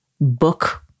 book